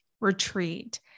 retreat